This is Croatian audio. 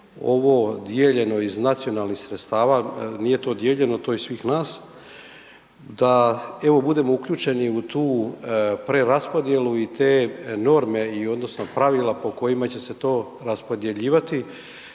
ovo dijeljeno iz nacionalnih sredstava, nije to dijeljeno, to je svih nas, da evo, budemo uključeni u tu preraspodjelu i te norme i odnosno pravila po kojima će se to raspodjeljivati,